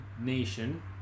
nation